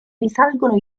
risalgono